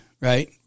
right